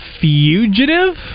fugitive